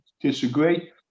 disagree